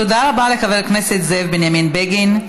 תודה לחבר הכנסת זאב בנימין בגין.